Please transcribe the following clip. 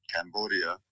Cambodia